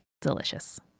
Delicious